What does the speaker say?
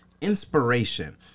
inspiration